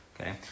Okay